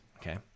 Okay